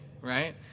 right